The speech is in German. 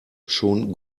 schon